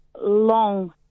long